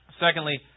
Secondly